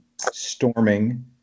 storming